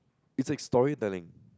it's like storytelling